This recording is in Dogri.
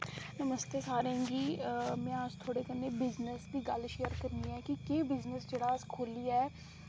नमस्ते तुसें सारें गी ते अज्ज में तुंदे कन्नै बिज़नेस दी गल्ल शेयर करनी आं कि बिज़नेस जेह्ड़ा अस खोह्ल्लियै